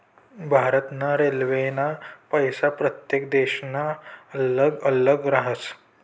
भारत ना रेल्वेना पैसा प्रत्येक देशना अल्लग अल्लग राहस